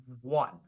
one